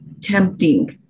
tempting